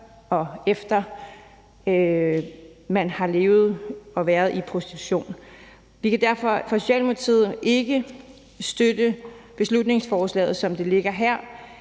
og efter man har levet og været i prostitution. Vi kan derfor fra Socialdemokratiets side ikke støtte beslutningsforslaget, som det ligger her,